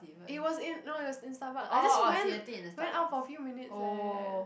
it was in no it was in Starbucks I just went went out for a few minutes eh